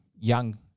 young